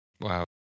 Wow